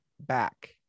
back